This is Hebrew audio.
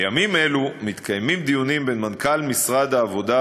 בימים אלו מתקיימים דיונים בין מנכ"ל משרד העבודה,